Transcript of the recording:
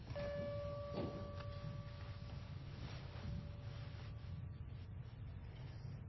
er